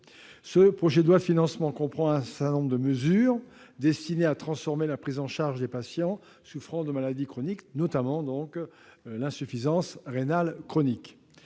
projet de loi comprend un certain nombre de mesures destinées à transformer la prise en charge des patients souffrant de maladies chroniques, et notamment, donc, d'insuffisance rénale chronique.